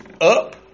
up